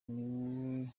niwe